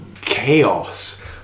chaos